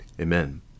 Amen